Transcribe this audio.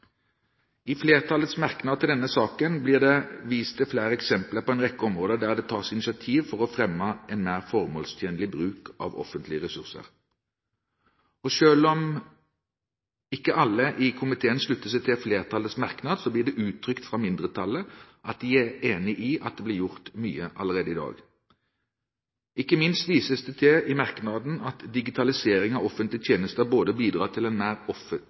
I flertallets merknad i denne saken blir det vist til flere eksempler på en rekke områder der det tas initiativ for å fremme en mer formålstjenlig bruk av offentlige ressurser. Selv om ikke alle i komiteen slutter seg til flertallets merknad, blir det uttrykt fra mindretallet at man er enig i at det blir gjort mye allerede i dag. Ikke minst vises det i en merknad til at digitalisering av offentlige tjenester bidrar til en mer